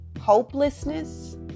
hopelessness